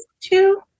two